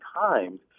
times